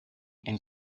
and